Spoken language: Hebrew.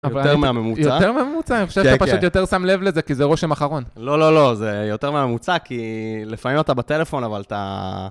יותר מהממוצע? יותר מהממוצע, אני חושב שאתה פשוט יותר שם לב לזה, כי זה רושם אחרון. לא, לא, לא, זה יותר מהממוצע, כי לפעמים אתה בטלפון, אבל אתה...